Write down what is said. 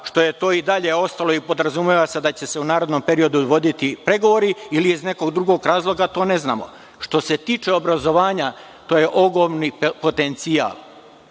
što je to i dalje ostalo i podrazumeva se da će se u narednom periodu dogoditi pregovori ili je iz nekog drugog razloga, to ne znamo. Što se tiče obrazovanja, to je ogromni potencijal